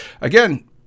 Again